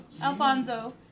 Alfonso